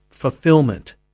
fulfillment